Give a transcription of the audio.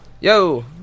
Yo